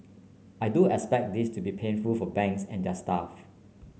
I do expect this to be painful for banks and their staff